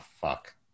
fuck